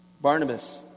Barnabas